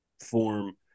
form